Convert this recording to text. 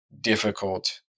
difficult